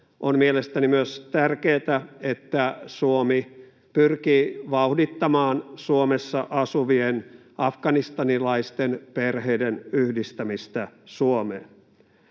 on mielestäni tärkeätä myös, että Suomi pyrkii vauhdittamaan Suomessa asuvien afganistanilaisten perheiden yhdistämistä Suomeen,